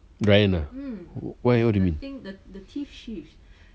brian ah why you what do you mean